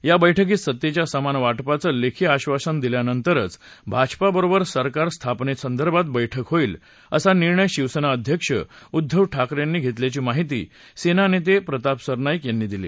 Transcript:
या बैठकीत सत्तेच्या समान वाटपाचं लेखी आधासन दिल्यानंतरच भाजपा बरोबर सरकार स्थापनेसंदर्भात बैठक होईल असा निर्णय शिवसेना अध्यक्ष उद्दव ठाकरेंनी घेतल्याची माहिती सेना नेते प्रताप सरनाईक यांनी दिली